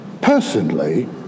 Personally